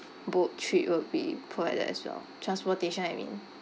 boat trip will be provided as well transportation I mean